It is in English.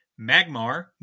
Magmar